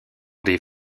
des